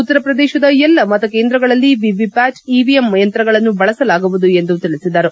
ಉತ್ತರ ಪ್ರದೇಶದ ಎಲ್ಲ ಮತಕೇಂದ್ರಗಳಲ್ಲಿ ವಿವಿಪ್ಯಾಟ್ ಇವಿಎಂ ಯಂತ್ರಗಳನ್ನು ಬಳಸಲಾಗುವುದು ಎಂದು ತಿಳಿಸಿದರು